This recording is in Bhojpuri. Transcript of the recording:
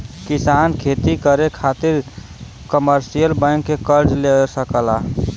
किसान खेती करे खातिर कमर्शियल बैंक से कर्ज ले सकला